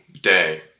day